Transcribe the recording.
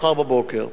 מחר בבוקר.